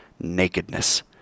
nakedness